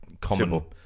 common